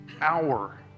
hour